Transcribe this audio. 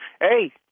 Hey